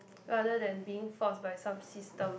rather than being forced by some system